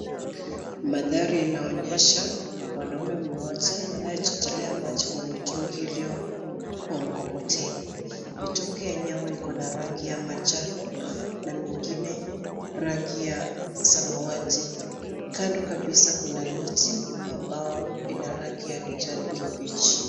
Mandhari inaonyesha mwanaume mmoja anayechotelea maji kwa mitungi iliyo kwa mkokoteni. Mitungi yenyewe iko na rangi ya manjano na mingine rangi ya samawati. Kando kabisa kuna miti ambao ina rangi ya kijani kibichi.